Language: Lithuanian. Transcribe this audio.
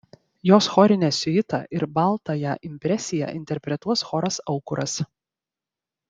jos chorinę siuitą ir baltąją impresiją interpretuos choras aukuras